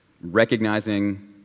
recognizing